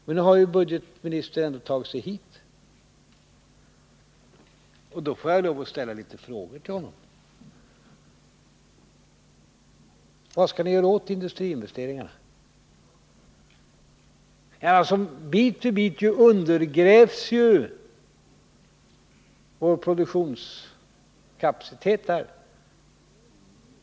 Men nu har ju budgetministern ändå tagit sig hit, och då får jag väl lov att ställa några frågor till honom: Vad ämnar regeringen göra när det gäller industriinvesteringarna? Bit för bit undergrävs ju vår produktionskapacitet här.